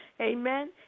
Amen